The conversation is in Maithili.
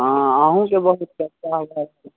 हँ अहुँके बहुत चर्चा